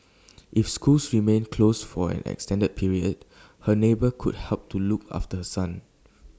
if schools remain close for an extended period her neighbour could help to look after her son